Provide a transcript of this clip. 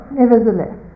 nevertheless